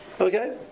Okay